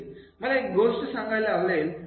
मला एक गोष्ट सांगायला आवडेल